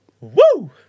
Woo